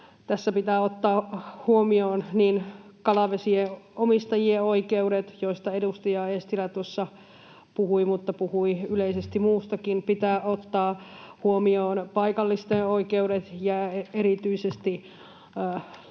Tässä pitää ottaa huomioon niin kalavesien omistajien oikeudet, joista edustaja Eestilä tuossa puhui, mutta puhui yleisesti muustakin, pitää ottaa huomioon paikallisten oikeudet ja erityisesti